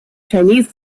chinese